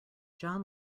john